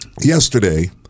yesterday